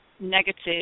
negative